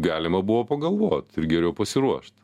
galima buvo pagalvot ir geriau pasiruošt